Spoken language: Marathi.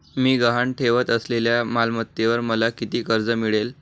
मी गहाण ठेवत असलेल्या मालमत्तेवर मला किती कर्ज मिळेल?